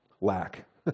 lack